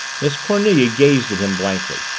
miss cornelia gazed at him blankly,